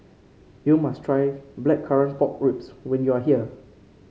you must try Blackcurrant Pork Ribs when you are here